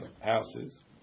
houses